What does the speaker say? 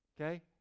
Okay